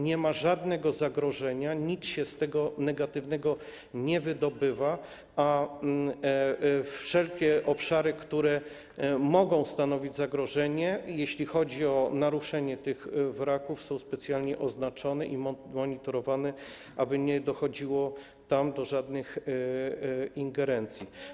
Nie ma żadnego zagrożenia, nic się z nich negatywnego nie wydobywa, a wszelkie obszary, które mogą stanowić zagrożenie, jeśli chodzi o naruszenie tych wraków, są specjalnie oznaczone i monitorowane, aby nie dochodziło tam do żadnych ingerencji.